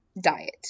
diet